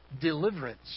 deliverance